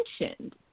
mentioned